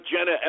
Jenna